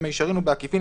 במישרין או בעקיפין,